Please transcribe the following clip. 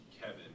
Kevin